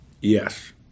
Yes